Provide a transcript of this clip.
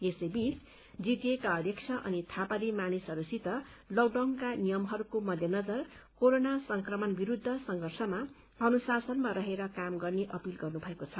यसै बीच जीटीएका अध्यक्ष अनित थापाले मानिसहरूसित लकडाउनका नियमहरूको मध्यनजर कोरोना संक्रमण विरूद्ध संघर्षमा अनुशासनमा रहेकर काम गर्ने अपील गर्नुभएको छ